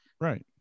Right